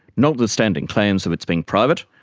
notwithstanding claims of its being private,